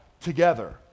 together